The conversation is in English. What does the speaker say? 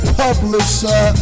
publisher